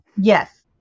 Yes